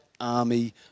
army